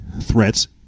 Threats